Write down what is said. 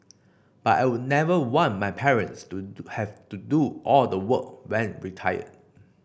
but I would never want my parents to do have to do all the work when retired